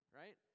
right